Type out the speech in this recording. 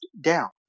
down